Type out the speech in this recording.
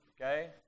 okay